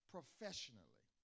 professionally